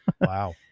wow